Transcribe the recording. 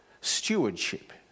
stewardship